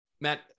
Matt